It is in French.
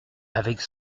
avec